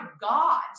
God